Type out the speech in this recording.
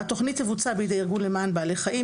התכנית תבוצע בידי ארגון למען בעלי חיים,